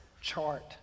chart